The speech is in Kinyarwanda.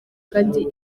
kandi